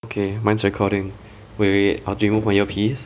okay mine is recording wait wait wait I will remove my earpiece